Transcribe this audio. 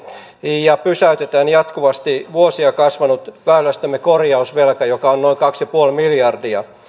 ja pysäytetään jatkuvasti vuosia kasvanut väylästömme korjausvelka joka on noin kaksi pilkku viisi miljardia